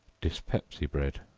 dyspepsy bread.